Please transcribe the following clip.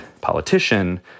politician